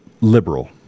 liberal